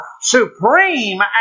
supreme